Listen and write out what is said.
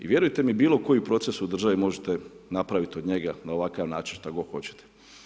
I vjerujte mi bilo koji proces u državi možete napraviti od njega, na ovakav način, kako god hoćete.